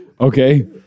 okay